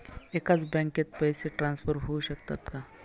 एकाच बँकेत पैसे ट्रान्सफर होऊ शकतात का?